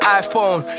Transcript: iPhone